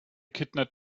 kittner